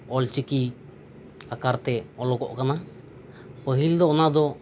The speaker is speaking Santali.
ᱚᱞᱪᱤᱠᱤ ᱟᱠᱟᱨ ᱛᱮ ᱚᱞᱚᱜᱚᱜ ᱠᱟᱱᱟ ᱯᱟᱹᱦᱤᱞ ᱫᱚ ᱚᱱᱟ ᱫᱚ